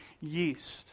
yeast